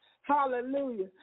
Hallelujah